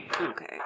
Okay